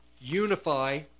unify